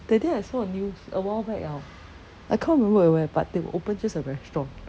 that day I saw on news a while back ah I can't remember at where but they will open just a restaurant